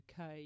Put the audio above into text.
UK